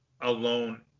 alone